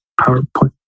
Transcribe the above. PowerPoint